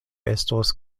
estos